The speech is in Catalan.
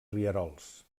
rierols